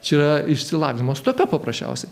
čia yra išsilavinimo stoka paprasčiausiai